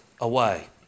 away